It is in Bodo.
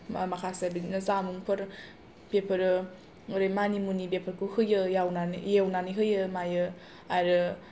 माखासे बिदिनो जामुंफोर बेफोरो ओरै मानि मुनि बेफोरखौ होयो एव एवनानै होयो मायो आरो